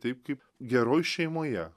taip kaip geroj šeimoje